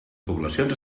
poblacions